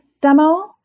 demo